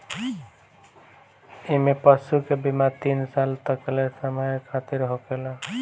इमें पशु के बीमा तीन साल तकले के समय खातिरा होखेला